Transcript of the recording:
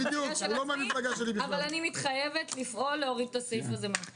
אבל אני מתחייבת לפעול להוריד את הסעיף הזה מהחוק.